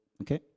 Okay